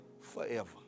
forever